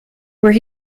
where